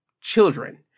children